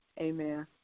Amen